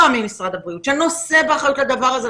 ממשרד הבריאות שנושא באחריות לדבר הזה,